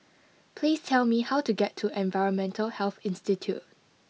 please tell me how to get to Environmental Health Institute